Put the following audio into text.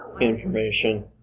Information